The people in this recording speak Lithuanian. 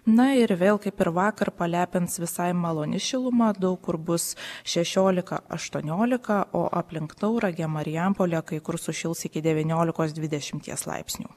na ir vėl kaip ir vakar palepins visai maloni šiluma daug kur bus šešiolika aštuoniolika o aplink tauragę marijampolę kai kur sušils iki devyniolikos dvidešimties laipsnių